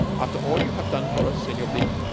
after all you have done for us, senor bleke,